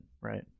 right